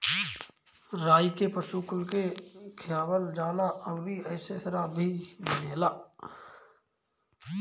राई के पशु कुल के खियावल जाला अउरी एसे शराब भी बनेला